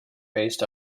based